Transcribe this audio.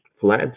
fled